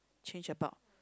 change about